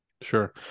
Sure